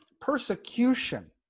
persecution